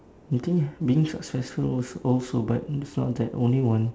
I think being successful al~ also but it's not that only one